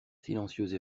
silencieuse